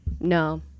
No